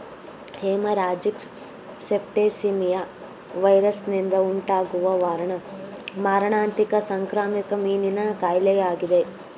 haemorrhagic septicaemia ವೈರಸ್ನಿಂದ ಉಂಟಾಗುವ ಮಾರಣಾಂತಿಕ ಸಾಂಕ್ರಾಮಿಕ ಮೀನಿನ ಕಾಯಿಲೆಯಾಗಿದೆ